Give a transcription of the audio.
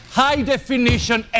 high-definition